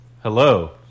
Hello